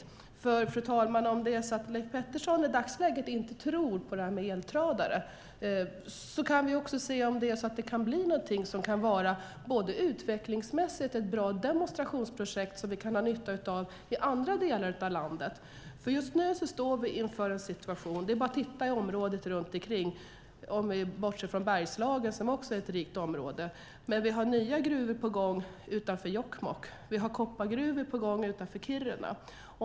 Må vara, fru talman, att Leif Pettersson i dagsläget inte tror på eltradare, men vi kan se om detta utvecklingsmässigt kan vara ett bra demonstrationsprojekt som vi kan ha nytta av i andra delar av landet. Det är bara att titta i området runt ikring, om vi bortser från Bergslagen, som också är ett rikt område. Vi har nya gruvor på gång utanför Jokkmokk. Vi har koppargruvor på gång utanför Kiruna.